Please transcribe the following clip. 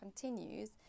continues